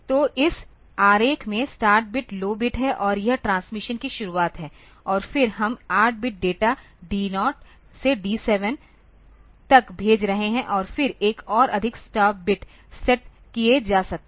तो इस आरेख में स्टार्ट बिट लौ बिट है और यह ट्रांसमिशन की शुरुआत है और फिर हम 8 बिट डेटा डी 0 से डी 7 तक भेज रहे हैं और फिर एक या अधिक स्टॉप बिट्स सेट किए जा सकते हैं